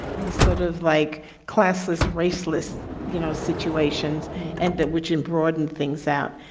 these sort of like classless raceless, you know, situations and that which and broaden things out.